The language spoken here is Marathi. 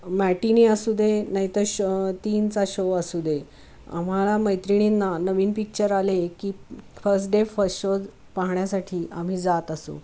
मॅटिनी असू दे नाही तर श तीनचा शो असू दे आम्हाला मैत्रिणींना नवीन पिच्चर आले की फस्ट डे फस्ट शोज पाहण्यासाठी आम्ही जात असू